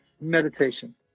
meditation